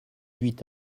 huit